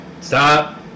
Stop